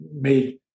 made